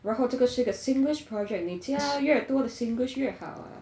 然后这个是个 singlish project 你加越多的 singlish 越好